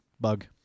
Bug